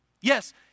Yes